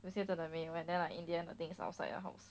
那些真的没有 reply then I will email them the thing is outside your house